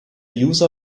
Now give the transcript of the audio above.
user